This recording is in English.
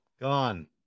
gone